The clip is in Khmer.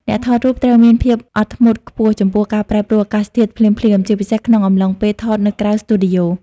អ្នកថតរូបត្រូវមានភាពអត់ធ្មត់ខ្ពស់ចំពោះការប្រែប្រួលអាកាសធាតុភ្លាមៗ ជាពិសេសក្នុងអំឡុងពេលថតនៅក្រៅស្ទូឌីយ៉ូ។